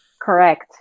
Correct